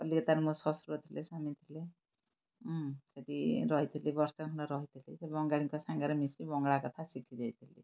କଲିକତାରେ ମୋ ଶଶୁର ଥିଲେ ସ୍ୱାମୀ ଥିଲେ ସେଇଠି ରହିଥିଲି ବର୍ଷା ଖଣ୍ଡେ ରହିଥିଲି ସେ ବଙ୍ଗାଳୀଙ୍କ ସାଙ୍ଗରେ ମିଶି ବଙ୍ଗଳା କଥା ଶିଖିଯାଇଥିଲି